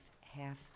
half